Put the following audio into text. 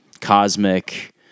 cosmic